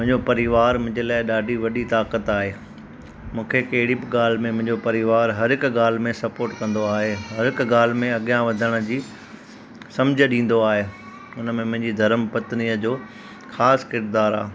मुंहिंजो परिवार मुंहिंजे लाइ ॾाढी वॾी ताक़त आहे मूंखे कहिड़ी बि ॻाल्हि में मुंहिंजो परिवार हर हिकु ॻाल्हि में स्पोर्ट कंदो आहे हर हिकु ॻाल्हि में अॻियां वधण जी सम्झि ॾींदो आहे उनमें मुंहिंजी धर्म पत्नीअ जो ख़ासि क़िरदारु आहे